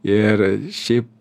ir šiaip